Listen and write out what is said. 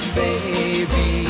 baby